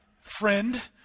friend